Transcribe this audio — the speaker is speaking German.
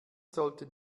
sollten